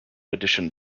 addition